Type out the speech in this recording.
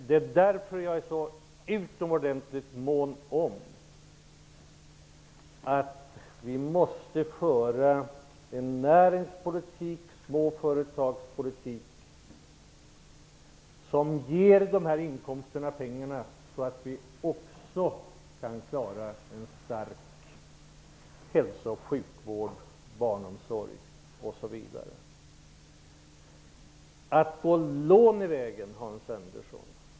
Det är därför som jag är så utomordentligt mån om att vi måste föra en närings och småföretagspolitik som ger inkomster så att vi också kan klara en stark hälso och sjukvård, barnomsorg osv. Då har vi frågan om lån.